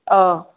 ꯑꯥꯎ